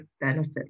benefit